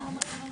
אוקיי.